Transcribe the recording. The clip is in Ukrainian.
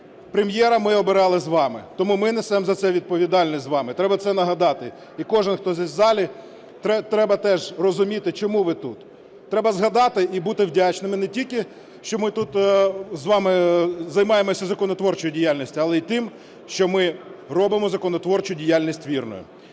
Прем'єра ми обирали з вами, тому ми несемо за це відповідальність з вами. Треба це нагадати і кожен, хто тут в залі, треба теж розуміти, чому ви тут. Треба згадати і бути вдячними не тільки, що ми тут з вами займаємося законотворчою діяльністю, але і тим, що ми робимо законотворчу діяльність вірною.